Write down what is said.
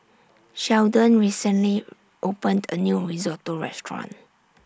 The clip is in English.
Sheldon recently opened A New Risotto Restaurant